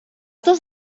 dos